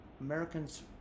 Americans